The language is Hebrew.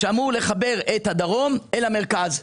שאמור לחבר את הדרום אל המרכז.